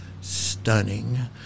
stunning